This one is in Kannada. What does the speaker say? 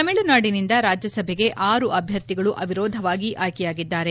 ತಮಿಳುನಾಡಿನಿಂದ ರಾಜ್ಯಸಭೆಗೆ ಆರು ಅಭ್ಯರ್ಥಿಗಳು ಅವಿರೋಧವಾಗಿ ಆಯ್ಕೆಯಾಗಿದ್ದಾರೆ